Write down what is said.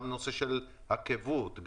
גם עכבות,